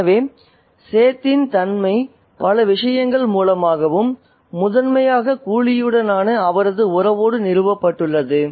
எனவே சேத்தின் தன்மை பல விஷயங்கள் மூலமாகவும் முதன்மையாக கூலியுடனான அவரது உறவோடு நிறுவப்பட்டுள்ளது